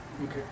Okay